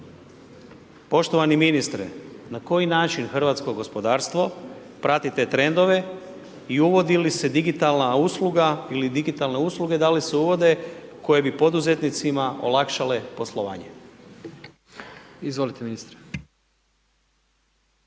Poštovani ministre, na koji način hrvatsko gospodarstvo prati te trendove i uvodi li se digitalna usluga ili digitalne usluge da li se uvode koje bi poduzetnicima olakšale poslovanje? **Jandroković,